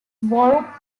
borough